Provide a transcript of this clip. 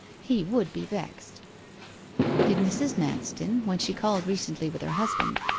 he would be vexed did mrs. manston, when she called recently with her husband,